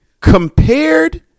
Compared